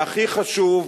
והכי חשוב,